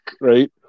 right